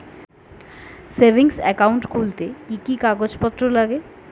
Savings account খুলতে কি কি কাগজপত্র লাগে?